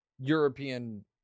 European